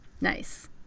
Nice